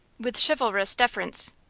with chivalrous deference,